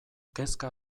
kezka